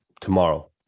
tomorrow